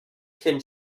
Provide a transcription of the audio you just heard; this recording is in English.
can